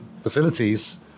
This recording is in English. facilities